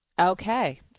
Okay